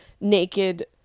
naked